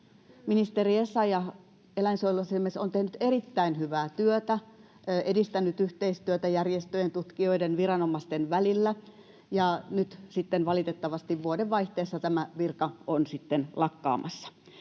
Ministeri Essayah, eläinsuojeluasiamies on tehnyt erittäin hyvää työtä, edistänyt yhteistyötä järjestöjen, tutkijoiden, viranomaisten välillä, ja nyt sitten valitettavasti vuodenvaihteessa tämä virka on lakkaamassa.